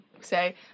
say